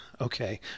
Okay